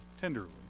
tenderly